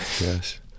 Yes